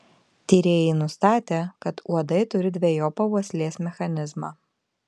tyrėjai nustatė kad uodai turi dvejopą uoslės mechanizmą